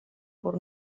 por